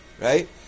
right